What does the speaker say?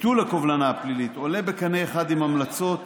ביטול הקובלנה הפלילית עולה בקנה אחד עם המלצות